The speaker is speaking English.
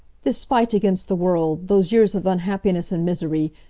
this fight against the world, those years of unhappiness and misery,